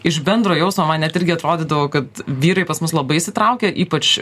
iš bendro jausmo man net irgi atrodydavo kad vyrai pas mus labai įsitraukę ypač